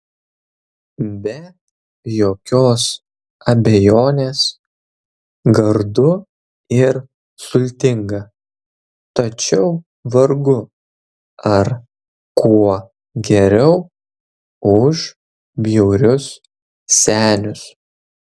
be jokios abejonės gardu ir sultinga tačiau vargu ar kuo geriau už bjaurius senius